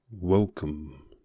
Welcome